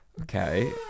Okay